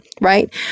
Right